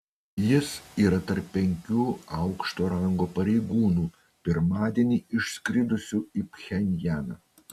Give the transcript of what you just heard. jis yra tarp penkių aukšto rango pareigūnų pirmadienį išskridusių į pchenjaną